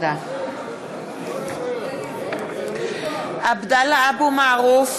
(קוראת בשמות חברי הכנסת) עבדאללה אבו מערוף,